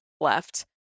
left